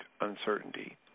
uncertainty